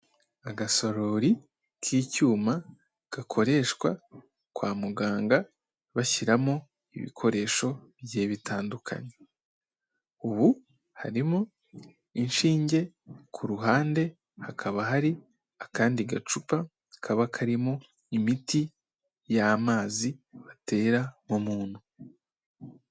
Agasorori k'cyuma gakoreshwa kwa muganga bashyiramo ibikoresho bigiye bitandukanye, ubu harimo inshinge. Ku ruhande hakaba hari akandi gacupa kaba karimo imiti y'amazi batera mu muntu.